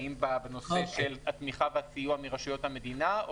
האם בנושא של התמיכה והסיוע מרשויות המדינה,